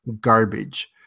garbage